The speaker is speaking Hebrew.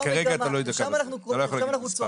אבל כרגע אתה לא יודע כמה, אתה לא יכול לתת מספר.